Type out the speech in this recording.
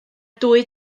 dwy